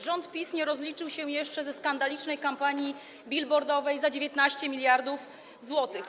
Rząd PiS nie rozliczył się jeszcze ze skandalicznej kampanii billboardowej za 19 mld zł.